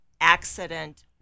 accident